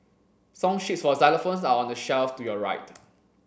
song sheets for xylophones are on the shelf to your right